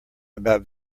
about